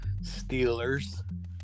Steelers